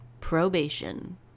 probation